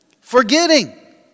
forgetting